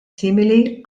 simili